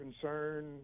concern